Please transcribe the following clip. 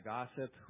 Gossip